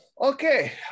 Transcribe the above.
Okay